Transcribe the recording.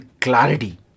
clarity